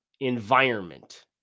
environment